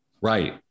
Right